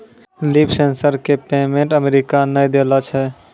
Leaf sensor क patent America ने देलें छै?